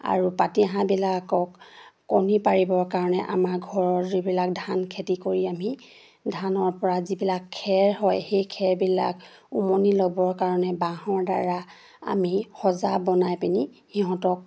আৰু পাতিহাঁহবিলাকক কণী পাৰিবৰ কাৰণে আমাৰ ঘৰৰ যিবিলাক ধান খেতি কৰি আমি ধানৰপৰা যিবিলাক খেৰ হয় সেই খেৰবিলাক উমনি ল'বৰ কাৰণে বাঁহৰ দ্বাৰা আমি সজা বনাই পিনি সিহঁতক